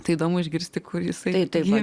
tai įdomu išgirsti kur jisai taip